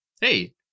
hey